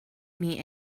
meet